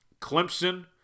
Clemson